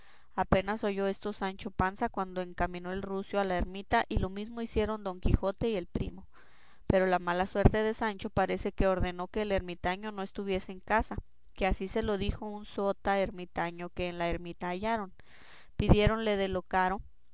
apenas oyó esto sancho panza cuando encaminó el rucio a la ermita y lo mismo hicieron don quijote y el primo pero la mala suerte de sancho parece que ordenó que el ermitaño no estuviese en casa que así se lo dijo una sotaermitaño que en la ermita hallaron pidiéronle de lo caro